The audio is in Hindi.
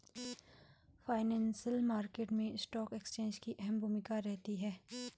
फाइनेंशियल मार्केट मैं स्टॉक एक्सचेंज की अहम भूमिका रहती है